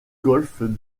golfe